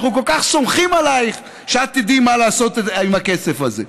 אנחנו כל כך סומכים עלייך שאת תדעי מה לעשות עם הכסף הזה.